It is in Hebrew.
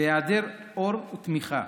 בהיעדר אור ותמיכה,